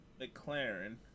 McLaren